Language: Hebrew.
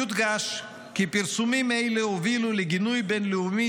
ויודגש כי פרסומים אלו הובילו לגינוי בין-לאומי